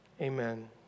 Amen